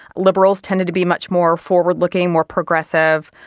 liberals tended to be much more forward looking, more progressive,